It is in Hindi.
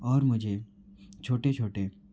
और मुझे छोटे छोटे